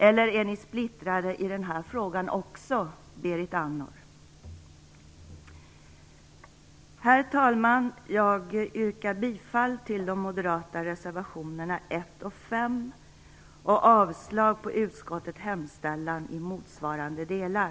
Eller är ni splittrade i den här frågan också, Berit Andnor? Herr talman! Jag yrkar bifall till de moderata reservationerna 1 och 5 och avslag på utskottets hemställan i motsvarande delar.